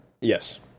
Yes